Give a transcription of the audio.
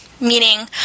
meaning